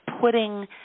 putting